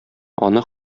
аны